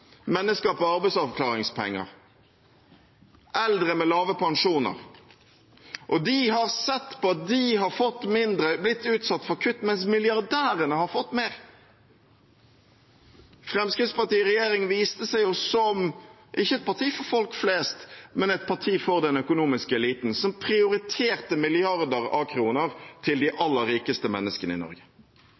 mennesker på arbeidsavklaringspenger og eldre med lave pensjoner. De har sett på at de har fått mindre og blitt utsatt for kutt, mens milliardærene har fått mer. Fremskrittspartiet i regjering viste seg jo ikke som et parti for folk flest, men som et parti for den økonomiske eliten, som prioriterte milliarder av kroner til de aller rikeste menneskene i Norge.